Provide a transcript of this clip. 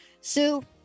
Sue